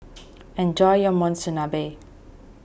enjoy your Monsunabe